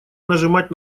нажимать